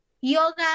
yoga